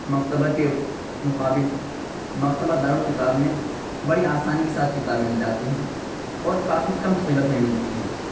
مکتبہ کے مقابل مکتبہ دار الکتاب میں بڑی آسانی کے ساتھ کتاب مل جاتی ہے اور کافی کم قیمت میں ملتی ہے